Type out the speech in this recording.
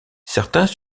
certains